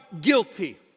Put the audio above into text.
guilty